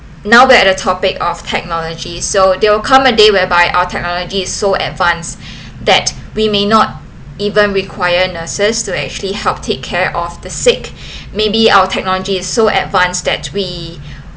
now that uh topic of technology so there will come a day whereby our technology is so advanced that we may not even require nurses to actually help take care of the sick maybe our technology is so advanced that we